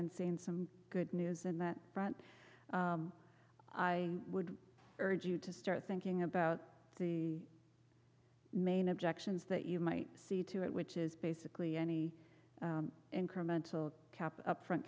and seen some good news in that front i would urge you to start thinking about the main objections that you might see to it which is basically any incremental cap up front